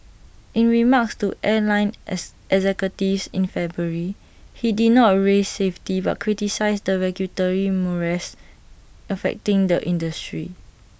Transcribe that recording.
in remarks to airline ex executives in February he did not raise safety but criticised the regulatory morass affecting the industry